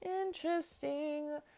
Interesting